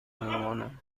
بمانم